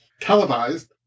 televised